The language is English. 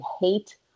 hate